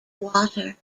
water